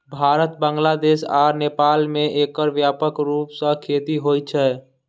भारत, बांग्लादेश आ नेपाल मे एकर व्यापक रूप सं खेती होइ छै